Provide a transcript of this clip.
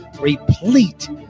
replete